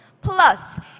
Plus